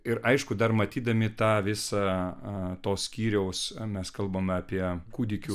ir aišku dar matydami tą visą to skyriaus mes kalbame apie kūdikių